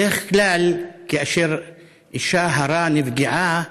בדרך כלל, כאשר אישה הרה נפגעה,